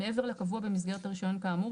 מעבר לקבוע במסגרת הרישיון כאמור,